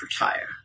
retire